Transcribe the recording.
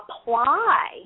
apply